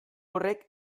horrek